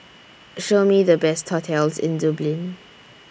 Show Me The Best hotels in Dublin